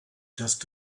just